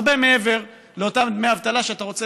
הרבה מעבר לאותם דמי אבטלה שאתה רוצה